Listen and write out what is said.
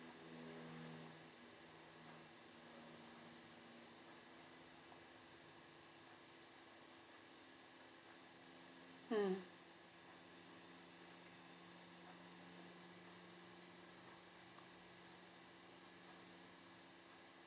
mm